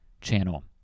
channel